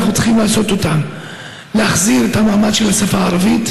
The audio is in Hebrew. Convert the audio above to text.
אנחנו צריכים לעשות אותם: להחזיר את המעמד של השפה הערבית